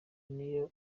niyo